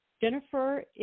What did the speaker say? Jennifer